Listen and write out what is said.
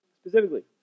specifically